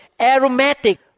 aromatic